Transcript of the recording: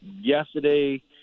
yesterday